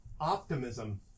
optimism